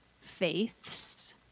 faiths